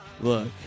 Look